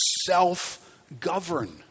self-govern